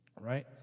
Right